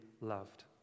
loved